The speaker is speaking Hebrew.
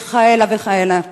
וכהנה וכהנה.